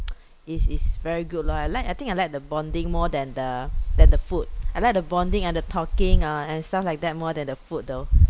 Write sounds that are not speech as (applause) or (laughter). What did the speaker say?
(noise) is is very good lor I like I think I like the bonding more than the than the food I like the bonding and the talking uh and stuff like that more than the food though